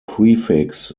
prefix